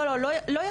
לא, לא יחצ"נות.